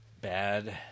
Bad